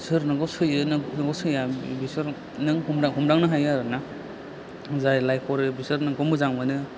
सोर नोंखौ सैयो नों नोंखौ सैया बेसोर नों हमदां हमदांनो हायो आरो ना जाय लाइक हरो बेसोर नोंखौ मोजां मोनो